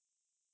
ya